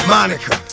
Monica